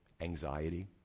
anxiety